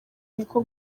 niko